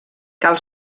cal